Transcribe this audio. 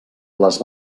les